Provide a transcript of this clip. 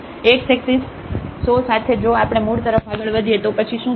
તેથી x axis ો સાથે જો આપણે મૂળ તરફ આગળ વધીએ તો પછી શું થશે